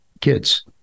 kids